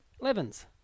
Levens